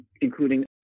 including